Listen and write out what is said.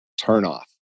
turnoff